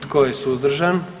Tko je suzdržan?